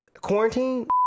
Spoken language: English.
quarantine